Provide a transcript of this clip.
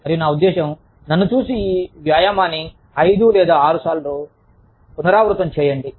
మరియు నా ఉద్దేశ్యం నన్ను చూసి ఈ వ్యాయామాన్ని ఐదు లేదా ఆరు సార్లు పునరావృతం చేయండి